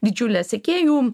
didžiulę sekėjų